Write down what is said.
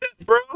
Bro